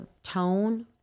tone